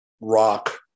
rock